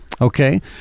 Okay